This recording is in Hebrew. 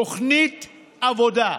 תוכנית עבודה.